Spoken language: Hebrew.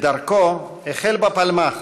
את דרכו החל בפלמ"ח,